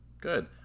Good